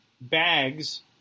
bags